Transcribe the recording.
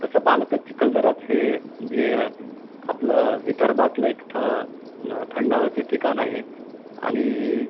तसं पाहिलं तर चिखलदराच हे जे आपलं विदर्भातलं एक थ थंड हवेचं ठिकाण आहे आणि